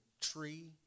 tree